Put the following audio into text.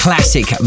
Classic